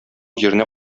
җиренә